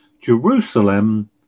Jerusalem